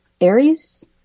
Aries